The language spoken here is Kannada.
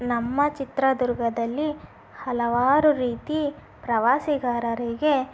ನಮ್ಮ ಚಿತ್ರದುರ್ಗದಲ್ಲಿ ಹಲವಾರು ರೀತಿ ಪ್ರವಾಸಿಗಾರರಿಗೆ